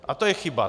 A to je chyba.